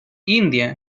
india